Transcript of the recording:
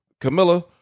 Camilla